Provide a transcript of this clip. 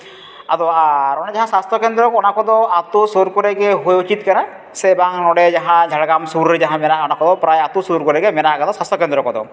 ᱟᱫᱚ ᱟᱨᱚ ᱡᱟᱦᱟᱸ ᱥᱟᱥᱛᱷᱚ ᱠᱮᱱᱫᱨᱚ ᱚᱱᱟ ᱠᱚᱫᱚ ᱟᱛᱳ ᱥᱩᱨ ᱠᱚᱨᱮᱜᱮ ᱦᱩᱭ ᱩᱪᱤᱛ ᱠᱟᱱᱟ ᱥᱮ ᱵᱟᱝ ᱱᱚᱰᱮ ᱡᱟᱦᱟᱸ ᱡᱷᱟᱲᱜᱨᱟᱢ ᱥᱩᱨ ᱨᱮ ᱢᱮᱱᱟᱜᱼᱟ ᱚᱱᱟ ᱠᱚᱫᱚ ᱯᱨᱟᱭ ᱟᱛᱳ ᱥᱩᱨ ᱠᱚᱨᱮᱜ ᱢᱮᱱᱟᱜᱼᱟ ᱥᱟᱥᱛᱷᱚ ᱠᱮᱱᱫᱨᱚ ᱠᱚᱫᱚ